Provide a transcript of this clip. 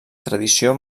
tradició